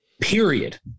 period